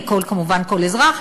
וכמובן כל אזרח,